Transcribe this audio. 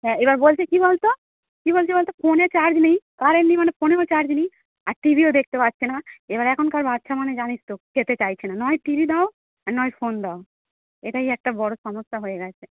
হ্যাঁ এবার বলছে কী বলতো কী বলছে বলতো ফোনে চার্জ নেই কারেন্ট নেই মানে ফোনেও চার্জ নেই আর টিভিও দেখতে পাচ্ছে না এবার এখনকার বাচ্চা মানে জানিস তো খেতে চাইছে না নয় টি ভি দাও আর নয় ফোন দাও এটাই একটা বড়ো সমস্যা হয়ে গেছে